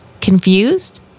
Confused